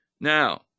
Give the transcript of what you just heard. now